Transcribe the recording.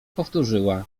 powtórzyła